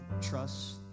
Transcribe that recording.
trust